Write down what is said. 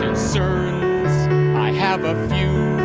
concerns i have a few.